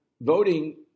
voting